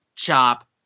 Chop